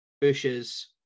bushes